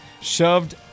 shoved